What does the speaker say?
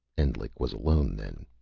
endlich was alone, then,